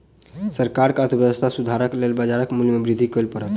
सरकार के अर्थव्यवस्था सुधारक लेल बाजार मूल्य में वृद्धि कर पड़ल